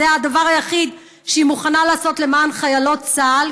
זה הדבר היחיד שהיא מוכנה לעשות למען חיילות צה"ל,